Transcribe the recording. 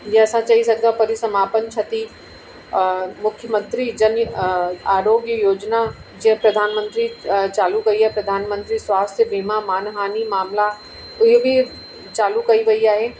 जीअं असां चई सघंदा आहियूं परिसमापन क्षति मुख्यमंत्री जन आरोग्य योजना जीअं प्रधानमंत्री चालू कयी आहे प्रधानमंत्री स्वास्थ्यु वीमा मान हानि मामला इहे बि चालू कयी वयी आहे